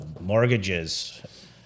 mortgages